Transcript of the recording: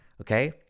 okay